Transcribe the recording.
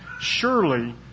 surely